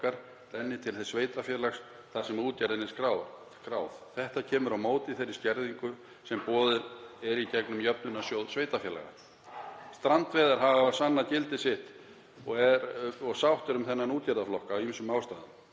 þar sem útgerðin er skráð. Þetta kemur á móti þeirri skerðingu sem boðuð er í gegnum Jöfnunarsjóð sveitarfélaga. Strandveiðar hafa sannað gildi sitt og er sátt um þann útgerðarflokk af ýmsum ástæðum.